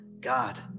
God